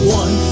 one